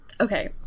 Okay